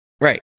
Right